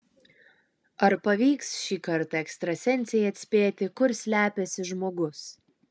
ar pavyks šį kartą ekstrasensei atspėti kur slepiasi žmogus